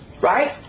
right